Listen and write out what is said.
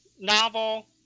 novel